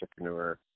entrepreneur